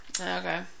Okay